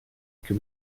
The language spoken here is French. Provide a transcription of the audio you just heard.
que